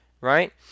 right